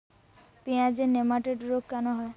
পেঁয়াজের নেমাটোড রোগ কেন হয়?